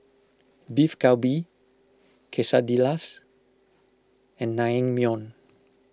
Beef Galbi Quesadillas and Naengmyeon